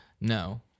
No